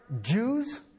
Jews